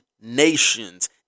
nations